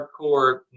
hardcore